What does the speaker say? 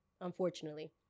unfortunately